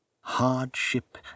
hardship